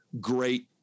great